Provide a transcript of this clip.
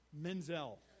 Menzel